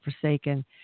forsaken